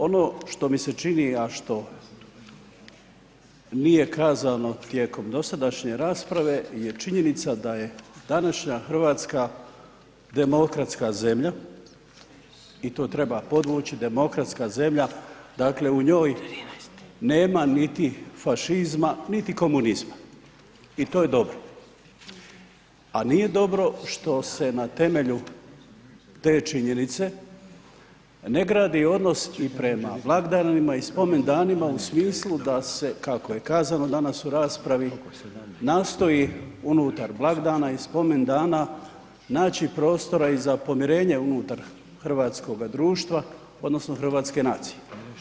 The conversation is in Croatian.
Ono što mi se čini a što nije kazano tijekom dosadašnje rasprave je činjenica da je današnja Hrvatska demokratska zemlja i to treba podvući, demokratska zemlja, dakle u njoj nema niti fašizma niti komunizma i to je dobro a nije dobro što se na temelju te činjenice ne gradi odnos ni prema blagdanima i spomendanima u smislu da se kao je kazano danas u raspravi, nastoji unutar blagdana i spomendana, naći prostora i za pomirenje unutar hrvatskoga društva odnosno hrvatske nacije.